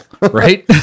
right